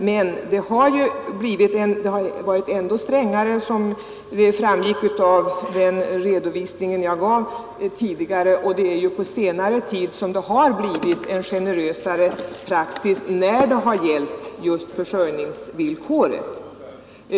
Men praxis har ju förut varit ännu strängare, som framgår av den redovisning jag gav tidigare. Det är på senare tid som den har blivit generösare när det gällt försörjningsvillkoret.